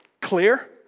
Clear